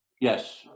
Yes